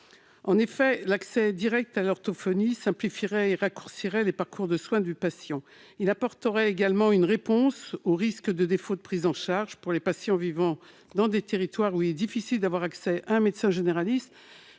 En effet, l'accès direct à l'orthophonie simplifierait et raccourcirait les parcours de soin du patient. Il apporterait également une réponse au risque de défaut de prise en charge pour les patients vivant dans des territoires où il est difficile d'avoir accès à un médecin généraliste,